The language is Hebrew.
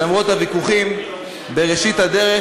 שלמרות הוויכוחים בראשית הדרך,